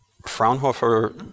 Fraunhofer